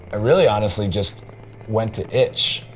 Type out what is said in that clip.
ah really honestly just went to itch,